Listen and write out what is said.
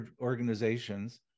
organizations